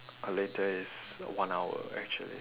later is one hour actually